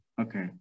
Okay